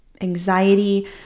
Anxiety